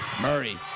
Murray